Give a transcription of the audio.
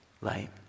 Light